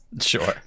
sure